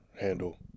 handle